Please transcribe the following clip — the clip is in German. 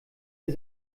ihr